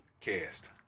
Cast